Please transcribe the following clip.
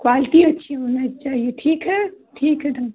quality अच्छी होनी चाहिए ठीक है ठीक है तब